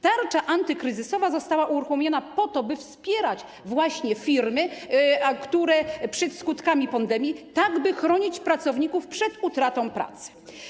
Tarcza antykryzysowa została uruchomiona po to, by wspierać właśnie firmy, ochraniać je przed skutkami pandemii, tak by chronić pracowników przed utratą pracy.